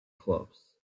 clubs